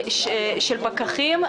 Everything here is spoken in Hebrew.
של פקחים.